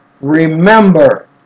Remember